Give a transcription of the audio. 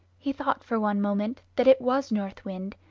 he thought for one moment that it was north wind,